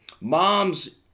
mom's